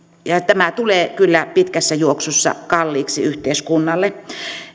ja tämä tulee kyllä pitkässä juoksussa kalliiksi yhteiskunnalle